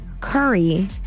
curry